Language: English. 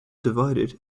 divided